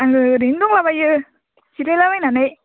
आङो ओरैनो दंलाबायो जिरायलाबायनानै